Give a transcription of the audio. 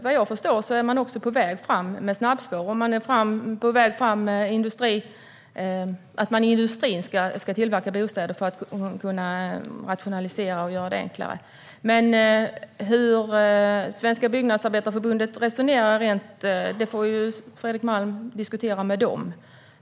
Vad jag förstår är också Byggnads på väg fram med snabbspår, och industrin är på väg fram med att tillverka bostäder för att kunna rationalisera och göra det enklare. Hur de resonerar i Svenska Byggnadsarbetareförbundet får Fredrik Malm diskutera med dem.